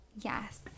Yes